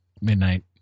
midnight